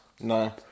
No